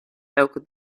elke